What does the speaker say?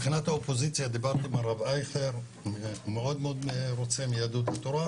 מהאופוזיציה והוא מאוד רוצה להשתתף.